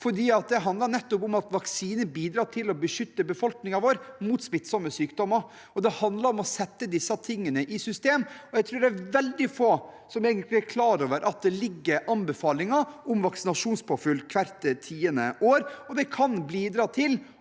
plass. Det handler nettopp om at vaksiner bidrar til å beskytte befolkningen vår mot smittsomme sykdommer, og det handler om å sette disse tingene i system. Jeg tror det er veldig få som er klar over at det foreligger anbefalinger om vaksinasjonspåfyll hvert tiende år, og det kan bidra til